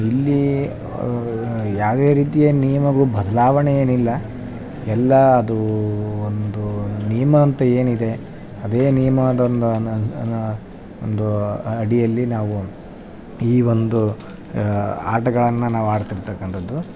ಇಲ್ಲಿ ಯಾವುದೇ ರೀತಿಯ ನಿಯಮಗಳು ಬದಲಾವಣೆ ಏನಿಲ್ಲ ಎಲ್ಲ ದೂ ಒಂದು ನಿಯಮ ಅಂತ ಏನಿದೆ ಅದೇ ನಿಯಮದಿಂದಾನೆ ನ ಒಂದು ಅಡಿಯಲ್ಲಿ ನಾವು ಈ ಒಂದು ಆಟಗಳನ್ನು ನಾವು ಆಡ್ತಿರ್ತಕ್ಕಂಥದ್ದು